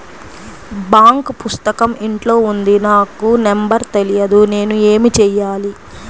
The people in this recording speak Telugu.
బాంక్ పుస్తకం ఇంట్లో ఉంది నాకు నంబర్ తెలియదు నేను ఏమి చెయ్యాలి?